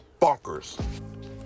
bonkers